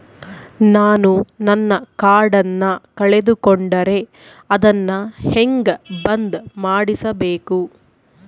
ನಾನು ನನ್ನ ಕಾರ್ಡನ್ನ ಕಳೆದುಕೊಂಡರೆ ಅದನ್ನ ಹೆಂಗ ಬಂದ್ ಮಾಡಿಸಬೇಕು?